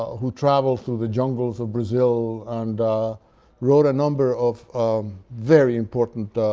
who traveled through the jungles of brazil and wrote a number of very important